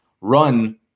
run